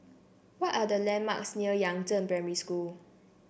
what are the landmarks near Yangzheng Primary School